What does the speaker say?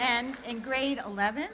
and in grade eleven